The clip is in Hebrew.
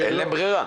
אין להם ברירה.